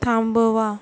थांबवा